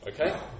okay